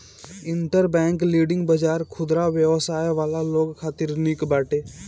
interbank lending बाजार खुदरा व्यवसाय वाला लोग खातिर निक बाटे